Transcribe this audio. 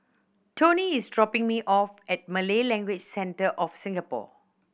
toni is dropping me off at Malay Language Centre of Singapore